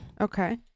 Okay